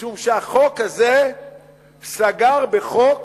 משום שהחוק הזה סגר בחוק